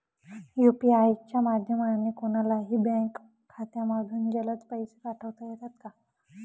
UPI च्या माध्यमाने कोणलाही बँक खात्यामधून जलद पैसे पाठवता येतात का?